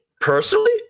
personally